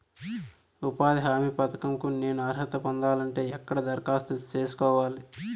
ఉపాధి హామీ పథకం కు నేను అర్హత పొందాలంటే ఎక్కడ దరఖాస్తు సేసుకోవాలి?